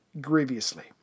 grievously